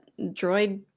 droid